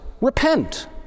repent